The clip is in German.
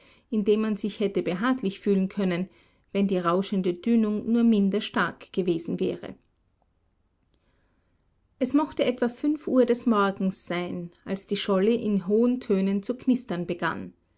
man sich hätte behaglich fühlen können wenn die rauschende dünung nur minder stark gewesen wäre es mochte etwa fünf uhr des morgens sein als die scholle in hohen tönen zu knistern begann